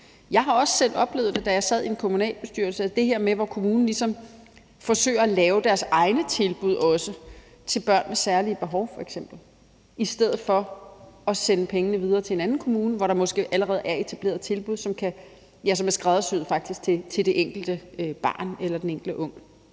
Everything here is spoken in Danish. Jeg har også selv oplevet det, da jeg sad i en kommunalbestyrelse, altså det her med, hvor kommunen ligesom også forsøger at lave sine egne tilbud til børn med særlige behov f.eks. i stedet for at sende pengene videre til en anden kommune, hvor der måske allerede er etableret tilbud, som faktisk er skræddersyet til det enkelte barn eller den enkelte unge.